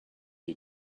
you